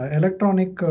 electronic